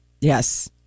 Yes